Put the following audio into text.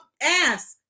ask